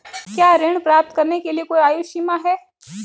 क्या ऋण प्राप्त करने के लिए कोई आयु सीमा है?